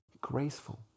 Graceful